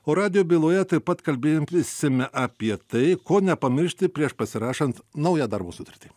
o radijo byloje taip pat kalbėjom prisime apie tai ko nepamiršti prieš pasirašant naują darbo sutartį